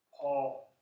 Paul